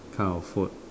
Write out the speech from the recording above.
kind of food